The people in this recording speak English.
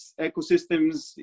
ecosystems